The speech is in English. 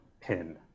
pin